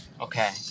Okay